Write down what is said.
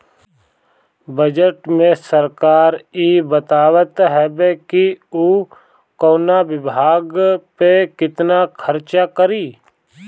budget में सरकार इ बतावत हवे कि उ कवना विभाग पअ केतना खर्चा करी